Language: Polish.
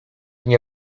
nie